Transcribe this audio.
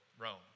Rome